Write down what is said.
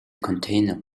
container